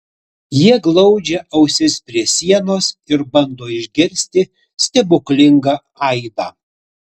jie glaudžia ausis prie sienos ir bando išgirsti stebuklingą aidą